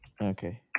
Okay